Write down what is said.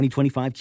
2025